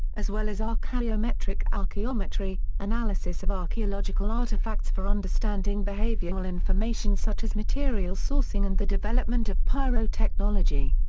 as well as archaeometric archaeometry analysis of archaeological artefacts for understanding behavioural information such as material sourcing and the development of pyrotechnology.